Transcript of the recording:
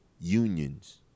unions